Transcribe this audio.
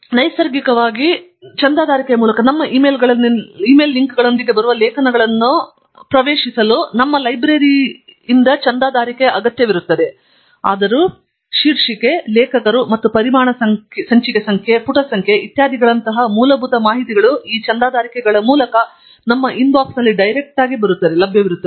ನೈಸರ್ಗಿಕವಾಗಿ ಚಂದಾದಾರಿಕೆಯ ಮೂಲಕ ನಮ್ಮ ಇಮೇಲ್ಗಳಲ್ಲಿನ ಲಿಂಕ್ಗಳೊಂದಿಗೆ ಬರುವ ಲೇಖನಗಳನ್ನು ಪ್ರವೇಶಿಸುವುದು ನಮ್ಮ ಲೈಬ್ರರಿಯಿಂದ ಚಂದಾದಾರಿಕೆ ಅಗತ್ಯವಿರುತ್ತದೆ ಆದಾಗ್ಯೂ ಶೀರ್ಷಿಕೆ ಲೇಖಕರು ಮತ್ತು ಪರಿಮಾಣ ಸಂಚಿಕೆ ಸಂಖ್ಯೆ ಮತ್ತು ಪುಟ ಸಂಖ್ಯೆ ಇತ್ಯಾದಿಗಳಂತಹ ಮೂಲಭೂತ ಮಾಹಿತಿಗಳು ಈ ಚಂದಾದಾರಿಕೆಗಳ ಮೂಲಕ ನಮ್ಮ ಇನ್ಬಾಕ್ಸ್ನಲ್ಲಿ ಲಭ್ಯವಿರುತ್ತವೆ